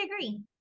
agree